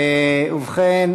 חברי